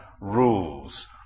rules